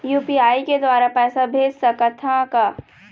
UPI के द्वारा पैसा भेज सकत ह का?